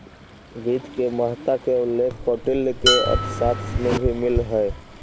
वित्त के महत्ता के उल्लेख कौटिल्य के अर्थशास्त्र में भी मिलऽ हइ